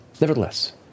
Nevertheless